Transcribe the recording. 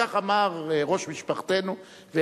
כך אמר ראש משפחתנו,